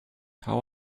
how